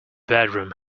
bedroom